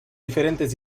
diferentes